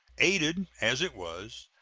aided, as it was,